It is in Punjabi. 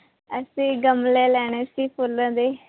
ਅਸੀਂ ਗਮਲੇ ਲੈਣੇ ਸੀ ਫੁੱਲਾਂ ਦੇ